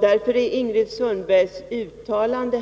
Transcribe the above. Därför är Ingrid Sundbergs uttalande